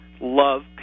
love